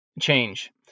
change